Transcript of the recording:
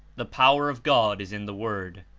the power of god is in the word,